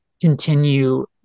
continue